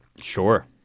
Sure